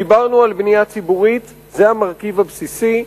דיברנו על בנייה ציבורית, זה המרכיב הבסיסי.